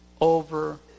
over